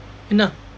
என்ன:enna